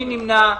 מי נמנע?